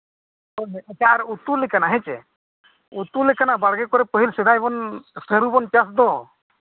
ᱦᱳᱭ ᱦᱳᱭ ᱟᱪᱪᱷᱟ ᱟᱨ ᱩᱛᱩ ᱞᱮᱠᱟᱱᱟᱜ ᱦᱮᱸ ᱪᱮ ᱩᱛᱩ ᱞᱮᱠᱟᱱᱟᱜ ᱯᱟᱹᱦᱤᱞ ᱥᱮᱫᱟᱭ ᱵᱚᱱ ᱥᱟᱹᱨᱩ ᱵᱚᱱ ᱪᱟᱥ ᱫᱚ